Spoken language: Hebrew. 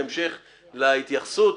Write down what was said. בהמשך להתייחסות,